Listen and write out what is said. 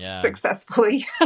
successfully